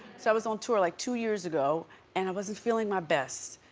so i was on tour like two years ago and i wasn't feeling my best,